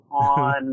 on